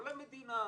כל המדינה,